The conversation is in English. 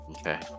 okay